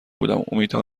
بودم، امیدم